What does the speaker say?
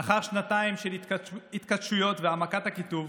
לאחר שנתיים של התכתשויות והעמקת הקיטוב